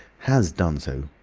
has done so.